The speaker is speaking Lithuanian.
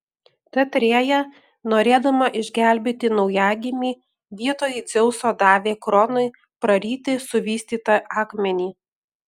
tad rėja norėdama išgelbėti naujagimį vietoj dzeuso davė kronui praryti suvystytą akmenį